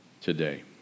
today